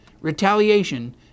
retaliation